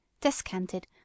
descanted